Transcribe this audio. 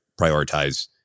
prioritize